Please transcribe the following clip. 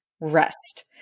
rest